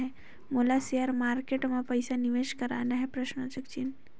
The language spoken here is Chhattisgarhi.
मोला शेयर मार्केट मां पइसा निवेश करना हे?